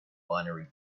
binary